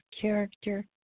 character